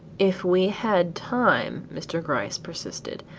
if we had time, mr. gryce persisted,